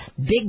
big